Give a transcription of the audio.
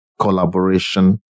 collaboration